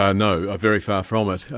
ah no, very far from it,